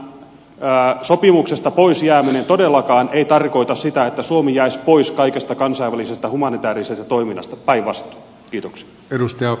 jalkaväkimiinasopimuksesta pois jääminen todellakaan ei tarkoita sitä että suomi jäisi pois kaikesta kansainvälisestä humanitäärisestä toiminnasta päinvastoin